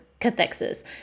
cathexis